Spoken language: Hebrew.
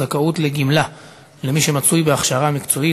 זכאות לגמלה למי שמצוי בהכשרה מקצועית),